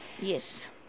Yes